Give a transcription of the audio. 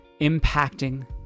impacting